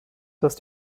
dass